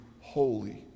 holy